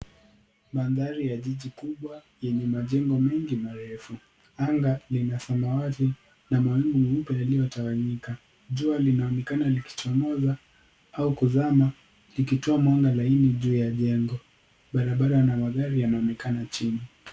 Mandhari ya jiji kubwa yenye majengo mengi marefu. Anga ni la samawati na mawingu meupe yaliyotawanyika. Jua linaonekana likichomoza au kuzama, likitoa mwanga laini juu ya jengo. Barabara na magari yanaonekana chini.